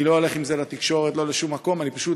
אני לא הולך עם זה לתקשורת, לא לשום מקום, פשוט